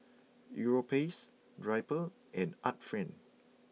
Europace Drypers and Art Friend